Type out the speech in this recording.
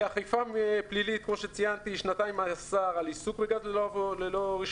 אכיפה פלילית כמו שציינתי שנתיים מאסר על עיסוק בגז ללא רישיון,